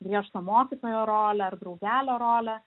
griežto mokytojo rolę ar draugelio rolę